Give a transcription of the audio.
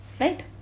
Right